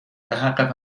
بحق